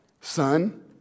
Son